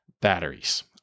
batteries